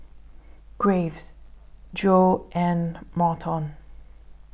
Graves Joye and Merton